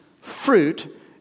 fruit